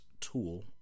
tool